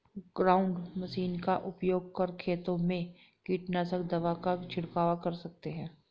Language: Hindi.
ग्राउंड मशीन का उपयोग कर खेतों में कीटनाशक दवा का झिड़काव कर सकते है